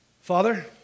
Father